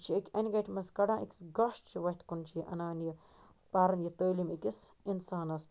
یہِ چھِ اکہِ اَنہِ گَٹہِ منٛز کَڑان أکِس گاشہِ چہِ وَتہِ کُن چھِ اَنان یہِ پَرُن یہِ تٔعلیٖم أکِس اِنسانَس